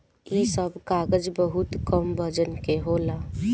इ सब कागज बहुत कम वजन के होला